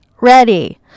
ready